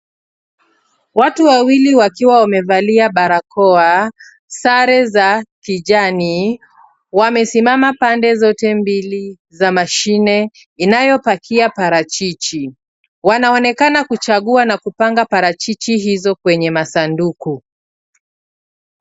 Watu wawili wakiwa wamevalia barakoa, sare za kijani, wamesimama pande zote mbili za mashine inayopakia parachichi. Wanaonekana kuchagua na kupanga parachichi hizo kwenye masanduku.